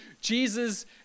Jesus